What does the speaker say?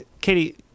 katie